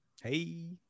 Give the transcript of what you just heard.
Hey